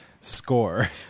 Score